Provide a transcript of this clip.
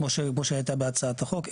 כמו שהיה בהצעת החוק.